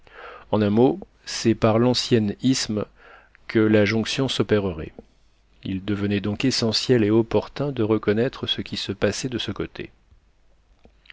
en un mot c'est par l'ancien isthme que la jonction s'opérerait il devenait donc essentiel et opportun de reconnaître ce qui se passait de ce côté